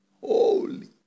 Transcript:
Holy